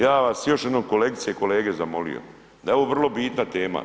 Ja bi vas još jednom kolegice i kolege zamolio da je ovo vrlo bitna tema.